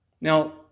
Now